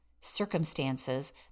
circumstances